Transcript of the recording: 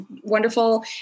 wonderful